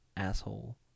asshole